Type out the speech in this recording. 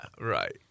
Right